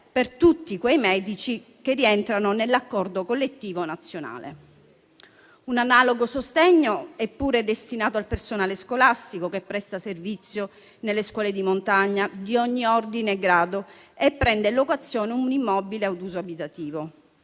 per tutti quei medici che rientrano nell'accordo collettivo nazionale. Un analogo sostegno è destinato anche al personale scolastico che presta servizio nelle scuole di montagna di ogni ordine e grado e prende in locazione un immobile ad uso abitativo.